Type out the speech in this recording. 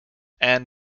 and